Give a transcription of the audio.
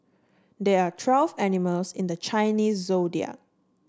there are twelve animals in the Chinese Zodiac